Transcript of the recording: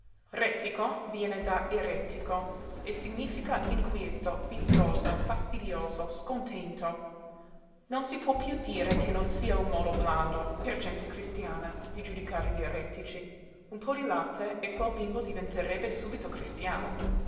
rètico viene da eretico e significa inquieto bizzoso fastidioso scontento non si può dire che non sia un modo blando per gente cristiana di giudicare gli eretici un po di latte e quel bambino diventerebbe subito cristiano